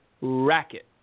racket